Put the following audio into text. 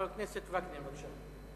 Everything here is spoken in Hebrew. חבר הכנסת יצחק וקנין, בבקשה.